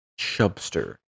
chubster